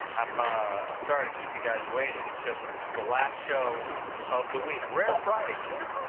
um ah i'm sorry to keep you guys waiting, it's just that this is the last show of the week, rare friday show,